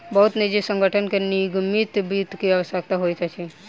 बहुत निजी संगठन के निगमित वित्त के आवश्यकता होइत अछि